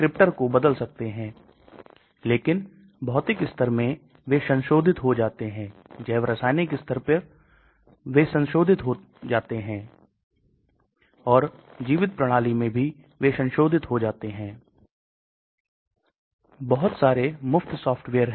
पेट में pH बहुत बहुत अम्लीय 14 से 21 है जैसा कि हम छोटी आत में नीचे जाते हैं हम लगभग उदासीन और छारीय होते हैं इसलिए अधिकांश दवाओं का अवशोषण यहां होना चाहिए क्योंकि सतह क्षेत्रफल बहुत बहुत अधिक है